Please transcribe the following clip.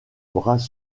bras